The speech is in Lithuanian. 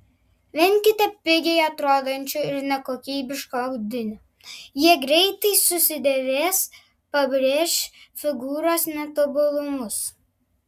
venkite pigiai atrodančių ir nekokybiškų audinių jie greitai susidėvės pabrėš figūros netobulumus